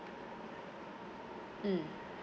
mm